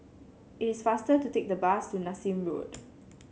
it is faster to take the bus to Nassim Road